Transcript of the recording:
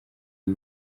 y’u